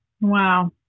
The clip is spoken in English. Wow